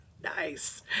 Nice